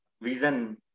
vision